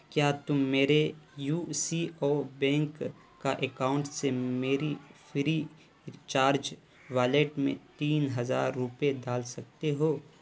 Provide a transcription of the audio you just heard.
کیا تم میرے یو سی او بینک کا اکاؤنٹ سے میری فری چارج والیٹ میں تین ہزار روپے ڈال سکتے ہو